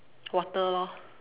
water lor